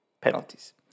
penalties